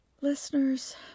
Listeners